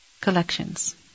Collections